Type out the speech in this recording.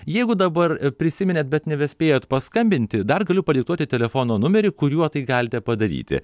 jeigu dabar prisiminėt bet nebespėjot paskambinti dar galiu padiktuoti telefono numerį kuriuo tai galite padaryti